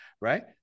right